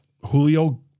Julio